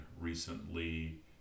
recently